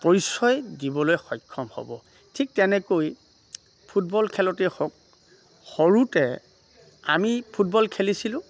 পৰিচয় দিবলৈ সক্ষম হ'ব ঠিক তেনেকৈ ফুটবল খেলতেই হওক সৰুতে আমি ফুটবল খেলিছিলোঁ